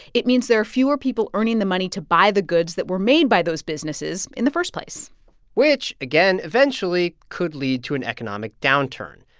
it means there are fewer people earning the money to buy the goods that were made by those businesses in the first place which, again, eventually could lead to an economic downturn.